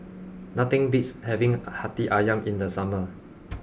nothing beats having Hati Ayam in the summer